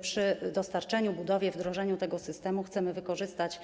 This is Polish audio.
Przy dostarczaniu, budowie, wdrożeniu tego systemu chcemy wykorzystać